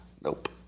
Nope